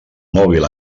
mòbil